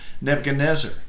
Nebuchadnezzar